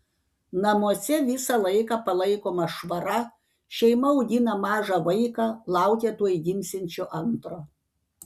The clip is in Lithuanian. namuose visą laiką palaikoma švara šeima augina mažą vaiką laukia tuoj gimsiančio antro